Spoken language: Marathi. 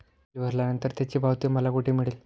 बिल भरल्यानंतर त्याची पावती मला कुठे मिळेल?